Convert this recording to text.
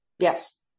Yes